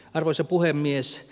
arvoisa puhemies